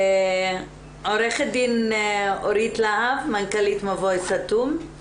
עו"ד אורית להב מנכ"לית מבוי סתום.